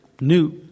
new